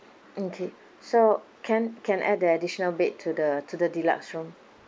okay so can can add the additional bed to the to the deluxe room